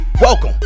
Welcome